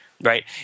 right